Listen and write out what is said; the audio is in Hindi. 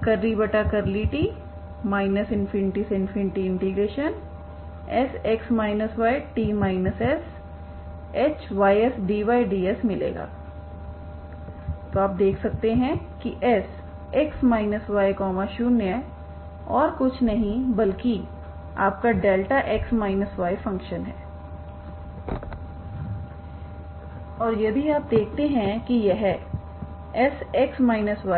और आप देख सकते हैं कि Sx y0 और कुछ नहीं बल्कि आपका δ फंक्शन है और यदि आप देखते हैं कि यहSx